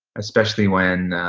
especially when,